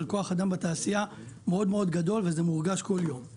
של כוח אדם בתעשייה וזה מורגש כל יום.